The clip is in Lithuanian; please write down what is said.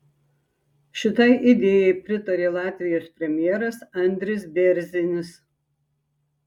šitai idėjai pritarė latvijos premjeras andris bėrzinis